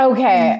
Okay